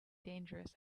dangerous